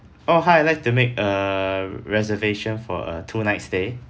oh hi I'd like to make a reservation for a two night stay